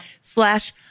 slash